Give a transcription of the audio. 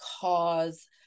cause